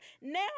now